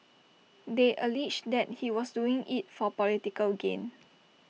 they alleged that he was doing IT for political gain